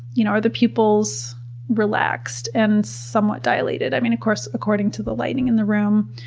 you know are the pupils relaxed and somewhat dilated? i mean, of course according to the lighting in the room.